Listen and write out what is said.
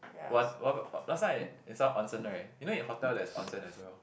what what last time I in some onsen right you know in hotel there's onsen as well